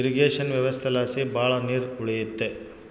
irrigation ವ್ಯವಸ್ಥೆಲಾಸಿ ಭಾಳ ನೀರ್ ಉಳಿಯುತ್ತೆ